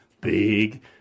big